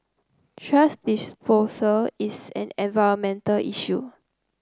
thrash disposal is an environmental issue